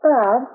Bob